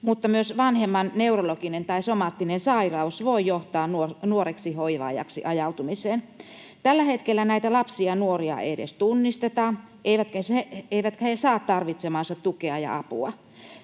mutta myös vanhemman neurologinen tai somaattinen sairaus voi johtaa nuoreksi hoivaajaksi ajautumiseen. Tällä hetkellä näitä lapsia ja nuoria ei edes tunnisteta eivätkä he saa tarvitsemaansa tukea ja apua.